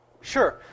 Sure